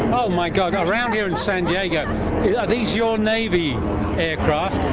oh my god, around here in san diego. are these your navy aircraft?